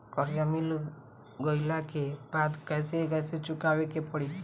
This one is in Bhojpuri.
कर्जा मिल गईला के बाद कैसे कैसे चुकावे के पड़ी?